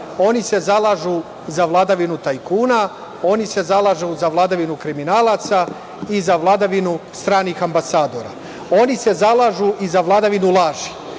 oni se zalažu za vladavinu tajkuna, oni se zalažu za vladavinu kriminalaca i za vladavinu stranih ambasadora. Oni se zalažu i za vladavinu laži. Mi